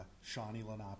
Shawnee-Lenape